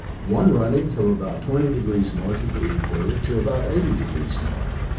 one running from about twenty degrees north of the equator to about eighty degrees north.